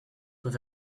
with